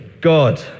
God